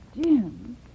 Jim